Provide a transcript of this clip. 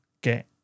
Get